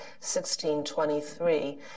1623